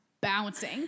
Bouncing